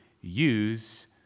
use